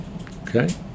Okay